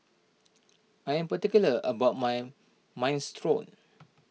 I am particular about my Minestrone